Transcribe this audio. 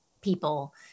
people